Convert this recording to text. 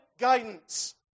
guidance